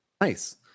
nice